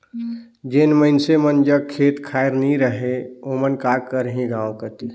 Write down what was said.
जेन मइनसे मन जग खेत खाएर नी रहें ओमन का करहीं गाँव कती